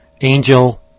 Angel